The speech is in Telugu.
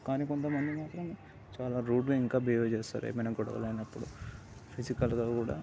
కానీ కొంతమంది మాత్రం చాలా రూడ్గా ఇంకా బిహేవ్ చేస్తారు ఇంకా ఏమైనా గొడవలు అయినప్పుడు ఫిజికల్గా కూడా